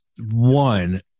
one